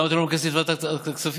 למה אתם לא מכנסים את ועדת הכספים?